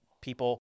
people